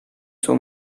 suo